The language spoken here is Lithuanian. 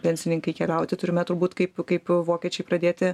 pensininkai keliauti turime turbūt kaip kaip vokiečiai pradėti